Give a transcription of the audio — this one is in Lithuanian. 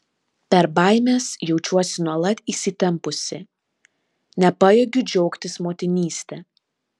per baimes jaučiuosi nuolat įsitempusi nepajėgiu džiaugtis motinyste